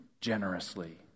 generously